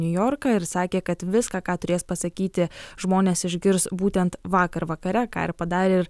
niujorką ir sakė kad viską ką turės pasakyti žmonės išgirs būtent vakar vakare ką ir padarė ir